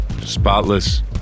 spotless